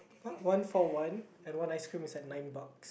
what one for one and one ice cream is like nine buck